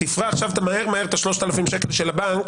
תפרע עכשיו מהר-מהר את ה-3,000 שקל של הבנק